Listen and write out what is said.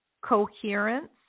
coherence